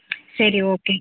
சரி ஓகே